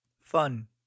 Fun